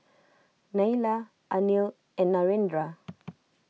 Neila Anil and Narendra